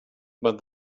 but